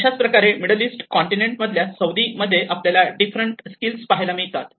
तशाच प्रकारे Middle East continent मधल्या सौदी मध्ये आपल्याला डिफरंट स्किल्स पाहायला मिळतात